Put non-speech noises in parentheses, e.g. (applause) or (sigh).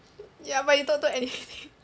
ya but you don't do anything (laughs)